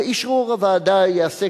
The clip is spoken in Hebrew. ואשרור הוועדה ייעשה,